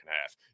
half